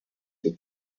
that